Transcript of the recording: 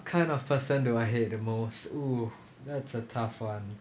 kind of person do I hate the most oo that's a tough one